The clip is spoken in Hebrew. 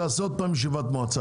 תעשה עוד פעם ישיבת מועצה.